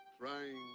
trying